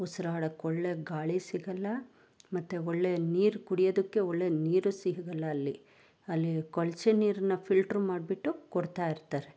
ಉಸ್ರಾಡೋಕೆ ಒಳ್ಳೆಯ ಗಾಳಿ ಸಿಗೊಲ್ಲ ಮತ್ತೆ ಒಳ್ಳೆಯ ನೀರು ಕುಡಿಯೋದಕ್ಕೆ ಒಳ್ಳೆಯ ನೀರು ಸಿಗೊಲ್ಲ ಅಲ್ಲಿ ಅಲ್ಲಿ ಕೊಳಚೆ ನೀರನ್ನು ಫಿಲ್ಟ್ರ್ ಮಾಡಿಬಿಟ್ಟು ಕೊಡ್ತಾ ಇರ್ತಾರೆ